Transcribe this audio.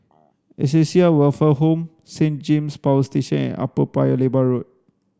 Acacia Welfare Home Saint James Power Station and Upper Paya Lebar Road